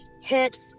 hit